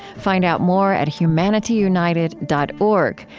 find out more at humanityunited dot org,